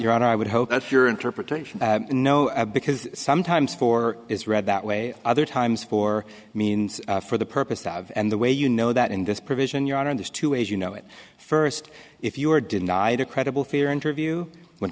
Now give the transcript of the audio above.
your i would hope that's your interpretation no because sometimes four is read that way other times for me for the purpose of and the way you know that in this provision you're on this too as you know it first if you are denied a credible fear interview when